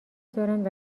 دارند